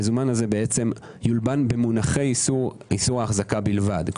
הוא יולבן במונחי איסור החזקה בלבד,